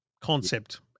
concept